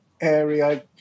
area